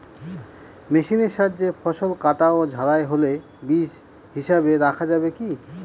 মেশিনের সাহায্যে ফসল কাটা ও ঝাড়াই হলে বীজ হিসাবে রাখা যাবে কি?